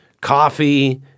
coffee